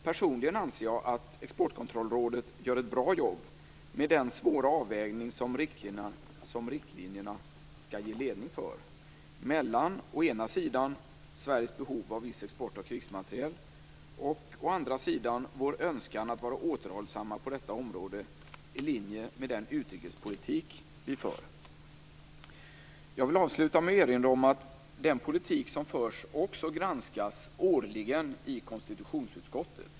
Personligen anser jag att Exportkontrollrådet gör ett bra jobb med den svåra avvägning som riktlinjerna skall ge ledning för mellan å ena sidan Sveriges behov av viss export av krigsmateriel och å andra sidan vår önskan att vara återhållsamma på detta område i linje med den utrikespolitik vi för. Jag vill avsluta med att erinra om att den politik som förs också granskas årligen i konstitutionsutskottet.